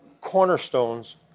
cornerstones